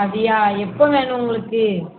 அப்படியா எப்போ வேணும் உங்களுக்கு